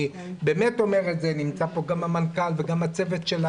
נמצא פה גם המנכ"ל וגם הצוות,